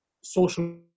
social